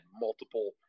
multiple